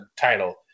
title